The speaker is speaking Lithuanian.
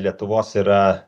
lietuvos yra